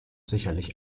sicherlich